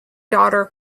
daughter